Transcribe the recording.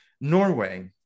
norway